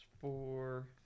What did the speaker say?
four